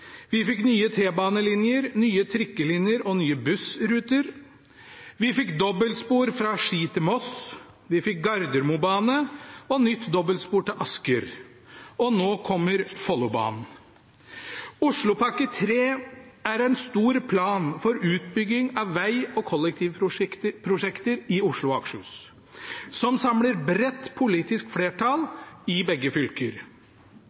Vi fikk nye T-banelinjer, nye trikkelinjer og nye bussruter. Vi fikk dobbeltspor fra Ski til Moss. Vi fikk Gardermobanen og nytt dobbeltspor til Asker. Og nå kommer Follobanen. Oslopakke 3 er en stor plan for utbygging av veg- og kollektivprosjekter i Oslo og Akershus, som samler bredt politisk flertall i begge fylker.